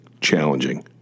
challenging